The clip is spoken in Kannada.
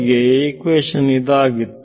ಗೆ ಇಕ್ವೇಶನ್ ಇದಾಗಿತ್ತು